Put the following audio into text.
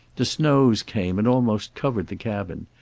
the snows came and almost covered the cabin,